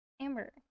Amber